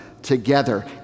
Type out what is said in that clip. Together